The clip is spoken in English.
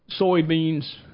Soybeans